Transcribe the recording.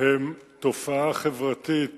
היא תופעה חברתית